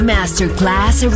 Masterclass